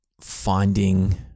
finding